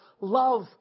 love